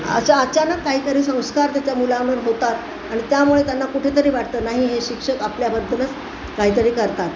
अचा अचानक काहीतरी संस्कार त्याच्या मुलांमध्ये होतात आणि त्यामुळे त्यांना कुठे तरी वाटतं नाही हे शिक्षक आपल्याबद्दलच काही तरी करतात